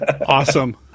Awesome